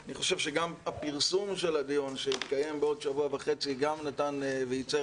אני חושב שגם פרסום הדיון שיתקיים בעוד שבוע וחצי גם נתן וייצר